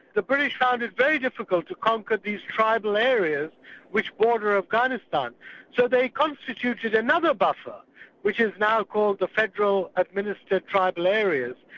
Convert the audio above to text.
the british found it very difficult to conquer these tribal areas which border ah kind of afghanistan. so they constituted another buffer which is now called the federal administered tribal areas.